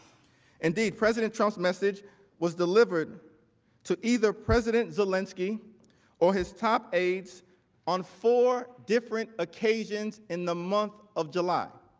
indeed, president trump message was delivered to either president zelensky or his top aids on four different occasions in the month of july.